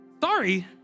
Sorry